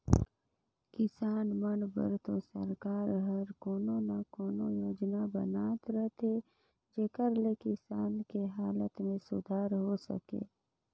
किसान मन बर तो सरकार हर कोनो न कोनो योजना बनात रहथे जेखर ले किसान के हालत में सुधार हो सके